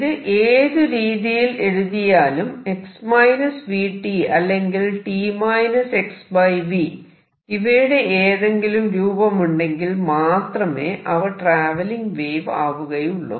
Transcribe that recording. ഇത് ഏതു രീതിയിൽ എഴുതിയാലും x v t അല്ലെങ്കിൽ t - xv ഇവയുടെ ഏതെങ്കിലും രൂപമുണ്ടെങ്കിൽ മാത്രമേ അവ ട്രാവെല്ലിങ് വേവ് ആവുകയുള്ളൂ